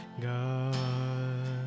God